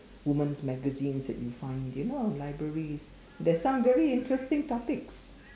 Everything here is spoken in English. women's magazines that you find you know in libraries there is some interesting topics